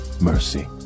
mercy